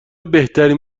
بهترین